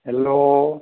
hello